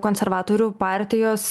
konservatorių partijos